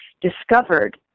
discovered